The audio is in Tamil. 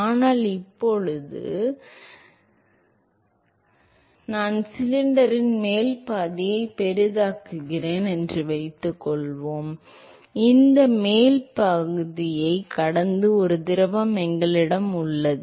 அதனால் இப்போது எனவே நான் சிலிண்டரின் மேல் பாதியை பெரிதாக்குகிறேன் என்று வைத்துக்கொள்வோம் இந்த மேல்பாதியைக் கடந்தும் ஒரு திரவம் எங்களிடம் உள்ளது